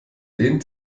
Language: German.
den